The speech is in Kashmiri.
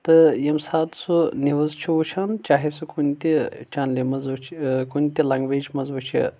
تہٕ ییٚمہِ ساتہٕ سُہ نِوٕز چھُ وٕچھان چاہے سہُ کُنہِ تہِ چینلہِ منٛز وٕچھہِ کُنہِ تہِ لینگویج منٛز وٕچھِ